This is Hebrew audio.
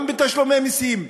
גם בתשלומי מסים,